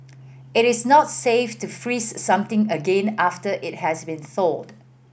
it is not safe to freeze something again after it has been thawed